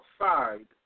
outside